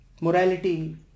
morality